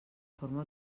forma